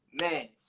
Man